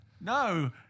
no